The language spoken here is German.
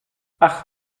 ach